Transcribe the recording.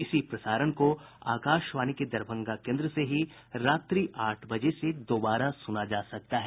इसी प्रसारण को आकाशवाणी के दरभंगा केन्द्र से ही रात्रि आठ बजे से दोबारा सुना जा सकता है